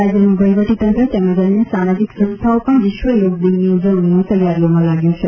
રાજ્યનું વહીવટીતંત્ર તેમજ અન્ય સામાજીક સંસ્થાઓ પણ વિશ્વ યોગ દિનની ઉજવણીની તૈયારીઓમાં લાગ્યું છે